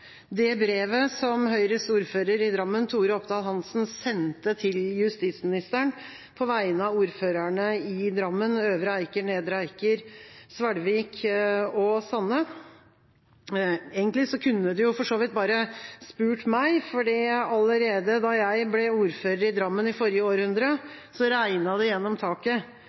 Høyres ordfører i Drammen, Tore Opdal Hansen, sendte til justisministeren på vegne av ordførerne i Drammen, Øvre Eiker, Nedre Eiker, Svelvik og Sande. Egentlig kunne de for så vidt bare spurt meg. Allerede da jeg ble ordfører i Drammen i forrige århundre, regnet det gjennom taket.